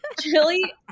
Chili